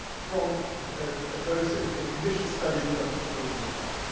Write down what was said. from those initial studies that i just told you about.